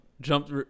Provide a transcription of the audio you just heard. jumped